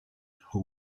who